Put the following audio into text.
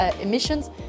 emissions